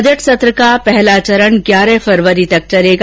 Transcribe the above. budget सत्र का पहला चरण ग्यारह फरवरी तक चलेगा